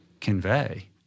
convey